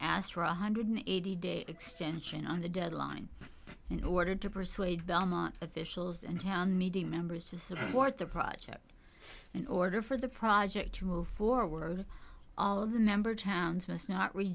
asked for a one hundred eighty day extension on the deadline in order to persuade belmont officials in town meeting members to support the project in order for the project to move forward all of the member towns must not